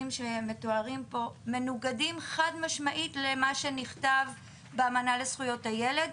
שמתוארים פה מנוגדים חד משמעית במה שנכתב באמנה לזכויות הילד,